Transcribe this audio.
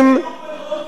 להגיע לפה.